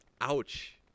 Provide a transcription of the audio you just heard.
ouch